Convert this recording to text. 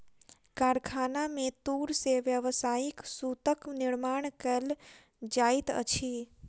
कारखाना में तूर से व्यावसायिक सूतक निर्माण कयल जाइत अछि